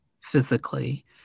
physically